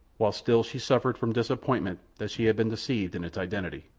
while still she suffered from disappointment that she had been deceived in its identity.